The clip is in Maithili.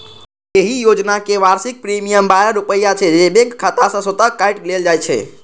एहि योजनाक वार्षिक प्रीमियम बारह रुपैया छै, जे बैंक खाता सं स्वतः काटि लेल जाइ छै